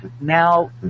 now